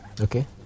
Okay